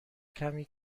کمی